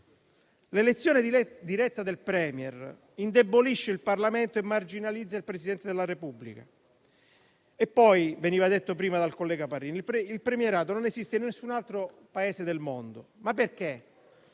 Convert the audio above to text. L'elezione diretta del *Premier* indebolisce il Parlamento e marginalizza il Presidente della Repubblica. Il collega Parrini ha detto prima che il premierato non esiste in alcun altro Paese del mondo. Perché?